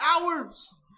hours